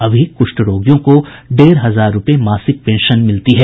अभी कुष्ठ रोगियों को डेढ़ हजार रूपये मासिक पेंशन मिलती है